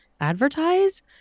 advertise